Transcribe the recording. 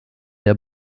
der